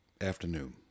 afternoon